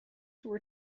were